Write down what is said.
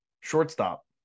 shortstop